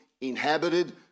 inhabited